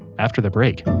after the break